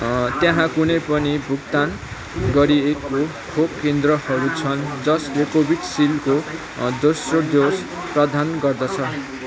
त्यहाँ कुनै पनि भुक्तान गरिएको खोप केन्द्रहरू छन् जसले कोभिसिल्डको दोस्रो डोज प्रदान गर्दछ